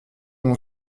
mon